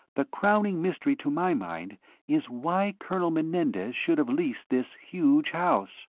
the crowning mystery to my mind is why colonel menendez should have leased this huge house.